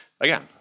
Again